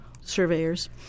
surveyors